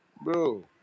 Bro